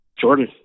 Jordan